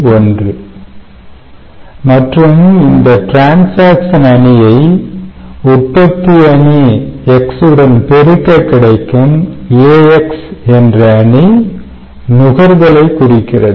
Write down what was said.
1 மற்றும் இந்த டிரன்சாக்சன் அணியை உற்பத்தி அணி X உடன் பெருக்க கிடைக்கும் A X என்ற அணி நுகர்தலை குறிக்கிறது